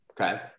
Okay